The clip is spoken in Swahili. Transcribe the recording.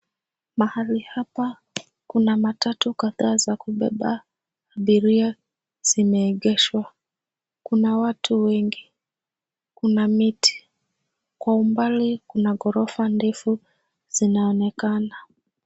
Mahali hapa, kuna matatu kadhaa za kubeba abiria, zimeegeshwa. Kuna watu wengi, kuna miti. Kwa umbali, kuna gorofa ndefu, zinaonekana.